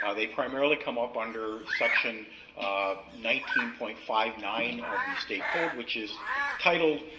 ah they primarily come up under section nineteen point five nine of the state code, which is titled,